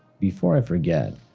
before i forget,